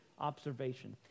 observation